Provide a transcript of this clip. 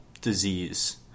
disease